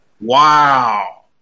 Wow